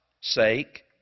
sake